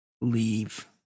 leave